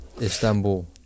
Istanbul